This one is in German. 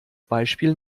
beispiel